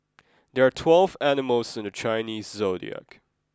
there are twelve animals in the Chinese zodiac